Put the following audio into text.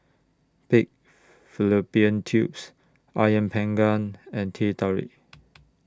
Pig Fallopian Tubes Ayam Panggang and Teh Tarik